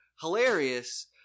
Hilarious